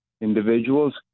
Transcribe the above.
individuals